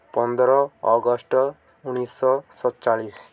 ପନ୍ଦର ଅଗଷ୍ଟ୍ ଉଣେଇଶ ଶହ ସତଚାଳିଶ